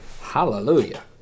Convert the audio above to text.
Hallelujah